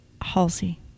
halsey